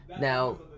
now